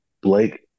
Blake